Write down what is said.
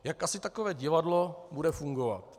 Jak asi takové divadlo bude fungovat?